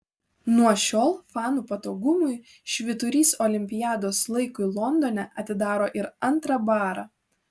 nuo šiol fanų patogumui švyturys olimpiados laikui londone atidaro ir antrą barą